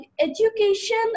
education